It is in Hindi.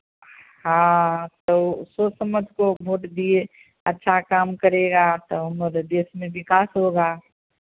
हाँ तो सोच समझ को वोट दिए अच्छा काम करेगा तब हमर देश में विकास होगा